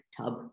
tub